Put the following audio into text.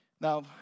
Now